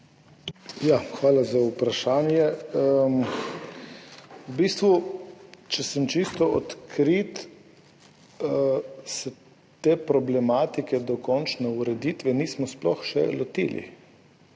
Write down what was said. Hvala za vprašanje. V bistvu, če sem čisto odkrit, se te problematike dokončne ureditve nismo sploh še lotili,